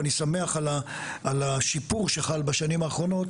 אני שמח על השיפור שחל בשנים האחרונות